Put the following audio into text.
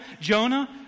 Jonah